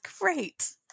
Great